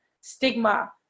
stigma